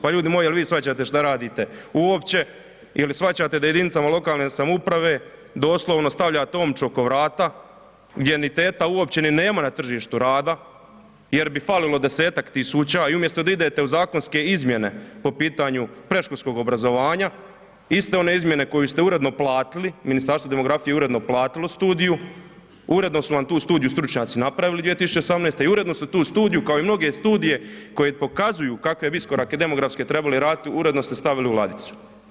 Pa ljudi moji jel vi shvaćate šta radite uopće i je li shvaćate da jedinicama lokalne samouprave doslovno stavljate omču oko vrata gdje ni teta uopće ni nema na tržištu rada jer bi falilo 10-tak tisuća i umjesto da idete u zakonske izmjene po pitanju predškolskog obrazovanja, iste one izmjene koju ste uredno platili, Ministarstvo demografije je uredno platilo studiju, uredno su vam tu studiju stručnjaci napravili 2018. i uredno ste tu studiju kao i mnoge studije koje pokazuju kakve bi iskorake demografske trebali raditi uredno ste stavili u ladicu.